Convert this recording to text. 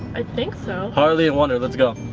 i think so. harley and wonder, let's go.